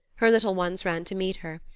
her little ones ran to meet her.